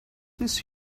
this